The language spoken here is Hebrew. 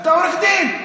אתה עורך דין.